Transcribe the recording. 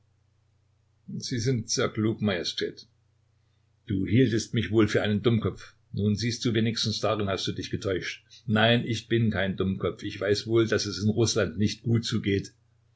sie sind sehr klug majestät du hieltest mich wohl für einen dummkopf nun siehst du wenigstens darin hast du dich getäuscht nein ich bin kein dummkopf ich weiß wohl daß es in rußland nicht gut zugeht